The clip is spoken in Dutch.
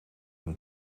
een